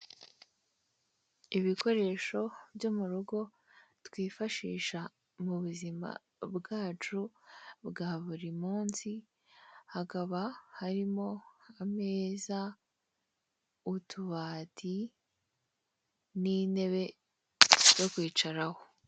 Ibikoresho byo mu rugo twifashisha mu buzima bwacu bwa buri munsi, hakaba harimo ameza, utubati n'intebe zo kwicaraho.